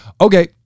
Okay